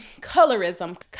colorism